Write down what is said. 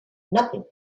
nothing